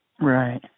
right